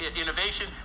innovation